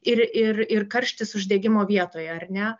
ir ir ir karštis uždegimo vietoje ar ne